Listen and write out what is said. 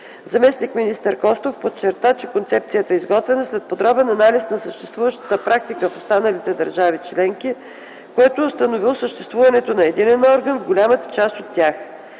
Заместник-министър Костов подчерта, че концепцията е изготвена след подробен анализ на съществуващата практика в останалите държави членки, който е установил съществуването на единен орган в голяма част от тях.